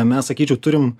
mes sakyčiau turim